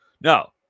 No